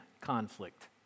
conflict